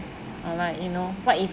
and like you know what if